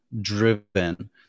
driven